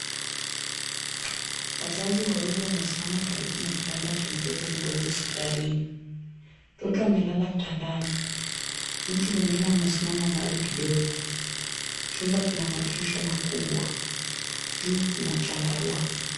Wazazi wawili wamesimama karibu na kitanda cha mtoto mgonjwa hospitalini. Mtoto amelala kitandani, mtu mwingine amesimama mbali kidogo. Chumba kina madirisha makubwa. Juu kuna chandarua.